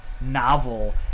novel